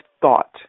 thought